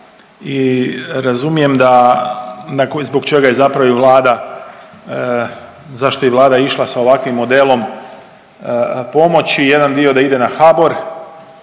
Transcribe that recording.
i razumijem da, zbog čega je zapravo i vlada, zašto je i vlada išla sa ovakvim modelom pomoći, jedan dio da ide na HBOR